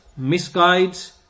misguides